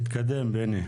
תתקדם בני.